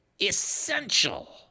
essential